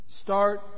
Start